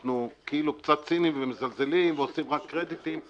אנחנו כאילו קצת ציניים ומזלזלים ועושים רק קרדיטים,